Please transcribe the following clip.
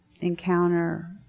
encounter